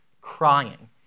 crying